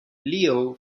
leo